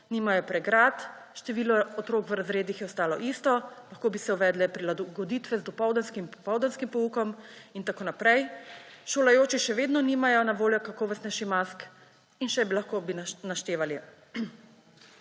nimajo pregrad, število otrok v razredih je ostalo isto, lahko bi se uvedle prilagoditve z dopoldanskim in popoldanskim poukom in tako naprej, šolajoči se še vedno nimajo na voljo kakovostnejših mask in še bi lahko naštevali.